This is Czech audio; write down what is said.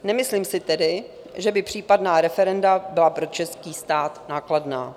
Nemyslím si tedy, že by případná referenda byla pro český stát nákladná.